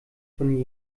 von